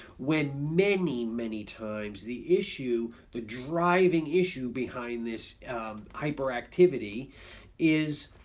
when many many times the issue the driving issue behind this hyperactivity is